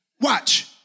Watch